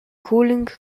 cooling